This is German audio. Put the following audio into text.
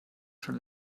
schon